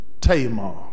Tamar